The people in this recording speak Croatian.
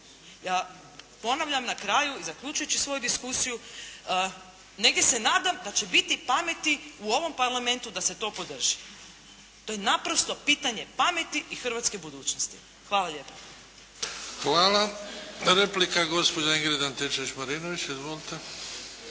Ja ponavljam na kraju i zaključit ću svoju diskusiju, negdje se nadam da će biti pameti u ovom Parlamentu da se to podrži. To je naprosto pitanje pameti i hrvatske budućnosti. Hvala lijepa. **Bebić, Luka (HDZ)** Hvala. Replika, gospođa Ingrid Antičević Marinović. Izvolite.